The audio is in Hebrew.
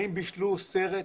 האם בישלו סרט,